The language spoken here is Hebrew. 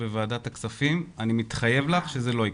בוועדת הכספים ואני מתחייב לך שזה לא יקרה.